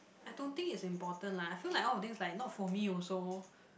I don't think is important lah I feel like all of things like not for me also